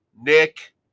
Nick